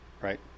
right